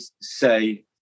say